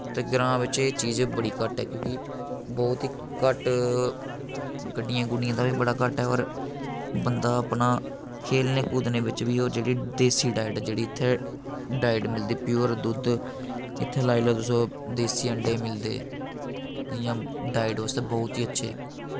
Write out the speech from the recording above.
ते ग्रां बिच्च एह् चीज बड़ी घट्ट ऐ क्योंकि ब्हौत ही घट्ट गड्डियें गुड्डियें दा बी बड़ा घट्ट ऐ और बंदा अपना खेलने कूदने बिच्च बी ओह् जेह्ड़ी देसी डाइट जेह्ड़ी इत्थै डाइट मिलदी प्योर दुद्ध इत्थै लाई लाओ तुस देसी अंडे मिलदे जि'यां डाइट बास्तै ब्हौत ही अच्छे